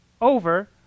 over